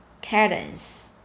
cadence